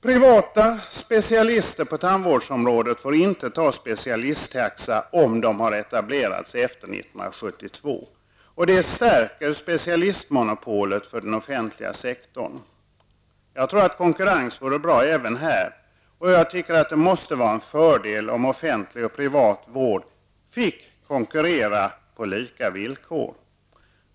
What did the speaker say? Privata specialister på tandvårdsområdet får inte använda specialisttaxa om de har etablerats efter 1972. Det stärker specialistmonopolet för den offentliga sektorn. Jag tror att konkurrens vore bra även här, och jag tycker att det måste vara en fördel om offentlig och privat vård får konkurrera på lika villkor.